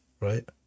right